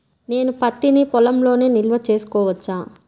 నేను పత్తి నీ పొలంలోనే నిల్వ చేసుకోవచ్చా?